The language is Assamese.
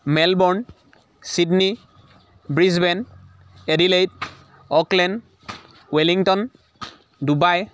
Melbourne Sydney Brisbane Adelaide Auckland Wellington Dubai